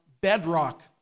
bedrock